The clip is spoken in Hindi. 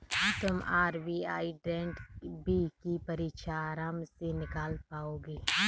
तुम आर.बी.आई ग्रेड बी की परीक्षा आराम से निकाल पाओगे